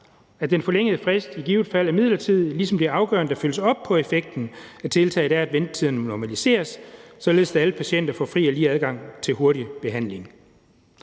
at den forlængede frist i givet fald er midlertidig, ligesom det er afgørende, at der følges op på effekten af tiltag, og at ventetiden normaliseres, således at alle patienter får fri og lige adgang til hurtig behandling.